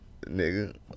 nigga